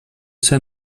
ser